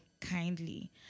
kindly